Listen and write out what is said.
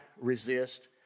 resist